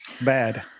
bad